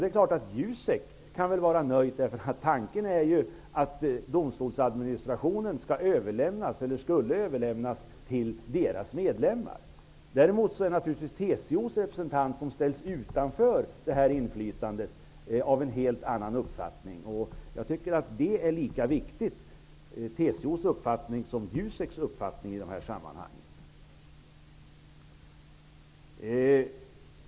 Det är klart att Jusek kan vara nöjt eftersom tanken är att domstolsadministrationen skall överlämnas till deras medlemmar. TCO:s representant, som ställs utanför det här inflytandet, är naturligtvis av en helt annan uppfattning. Jag tycker att TCO:s uppfattning är lika viktig som Juseks i de här sammanhangen.